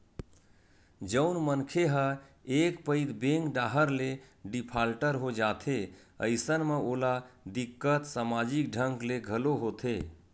जउन मनखे ह एक पइत बेंक डाहर ले डिफाल्टर हो जाथे अइसन म ओला दिक्कत समाजिक ढंग ले घलो होथे